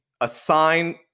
assign